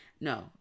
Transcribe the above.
No